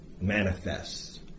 manifests